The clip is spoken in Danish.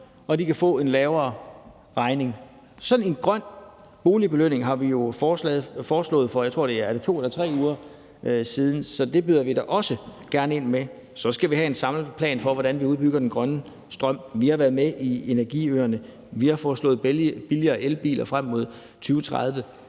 og få en lavere regning. Sådan en grøn boligbelønning har vi foreslået for, jeg tror, det er 2 eller 3 uger siden. Så det byder vi da også gerne ind med. Så skal vi have en samlet plan for, hvordan vi udbygger den grønne strøm. Vi har været med i energiøerne, og vi har foreslået billigere elbiler frem mod 2030.